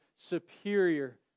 superior